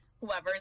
whoever's